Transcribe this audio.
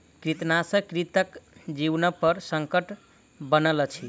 कृंतकनाशक कृंतकक जीवनपर संकट बनल अछि